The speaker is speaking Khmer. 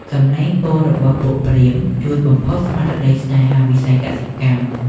សំឡេងពោលរបស់ពួកព្រាហ្មណ៍ ជួយបំផុសស្មារតីស្នេហាវិស័យកសិកម្ម។